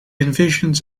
envisioned